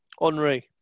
Henri